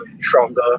stronger